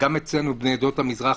וגם אצלנו בני עדות המזרח,